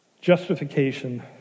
justification